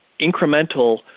incremental